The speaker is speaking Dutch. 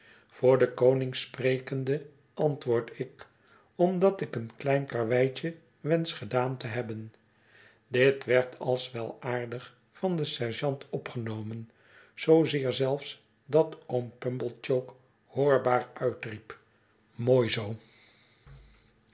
voor den koning sprekende antwoord ik omdat ik een klein karweitje wenschte gedaan te hebben dit werd als wel aardig van den sergeant opgenomen zoozeer zelfs dat oom pumblechook hoorbaar uitriep mooi zoo